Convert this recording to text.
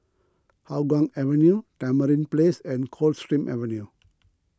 Hougang Avenue Tamarind Place and Coldstream Avenue